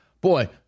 Boy